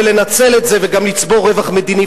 ולנצל את זה וגם לצבור רווח מדיני,